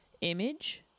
image